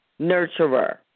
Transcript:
nurturer